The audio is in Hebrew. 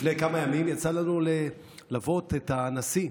לפני כמה ימים יצא לנו ללוות את הנשיא,